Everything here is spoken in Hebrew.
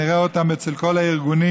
נראה אותם אצל כל הארגונים,